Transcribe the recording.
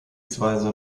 bspw